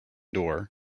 door